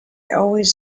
always